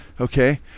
okay